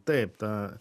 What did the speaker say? taip ta